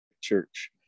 Church